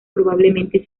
probablemente